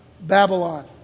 Babylon